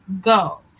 go